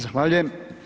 Zahvaljujem.